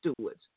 stewards